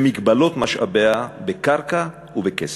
במגבלות משאביה בקרקע ובכסף,